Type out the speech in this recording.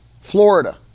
Florida